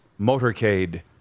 motorcade